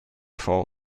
vor